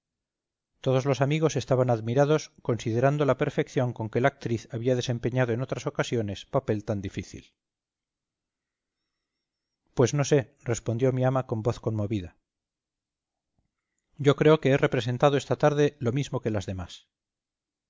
todos los amigos estaban admirados considerando la perfección con que la actriz había desempeñado en otras ocasiones papel tan difícil pues no sé respondió mi ama con voz conmovida yo creo que he representado esta tarde lo mismo que las demás